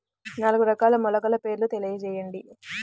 నాలుగు రకాల మొలకల పేర్లు తెలియజేయండి?